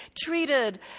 treated